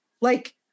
like-